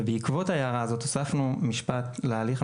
ובעקבות ההערה הזאת הוספנו משפט להליך,